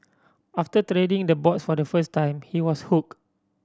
after treading the boards for the first time he was hooked